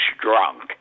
drunk